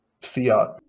fiat